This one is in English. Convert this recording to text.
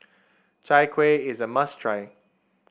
Chai Kueh is a must try